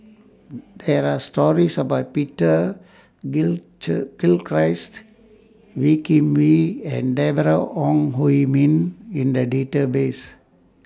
There Are stories about Peter Gilchrist Wee Kim Wee and Deborah Ong Hui Min in The databases